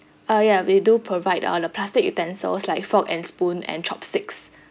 ah yeah we do provide all the plastic utensils like fork and spoon and chopsticks